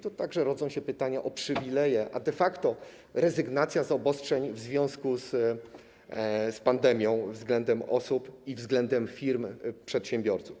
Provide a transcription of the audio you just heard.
Tu także rodzą się pytania o przywileje, a de facto rezygnację z obostrzeń w związku z pandemią względem osób i względem firm, przedsiębiorców.